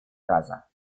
газа